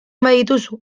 badituzu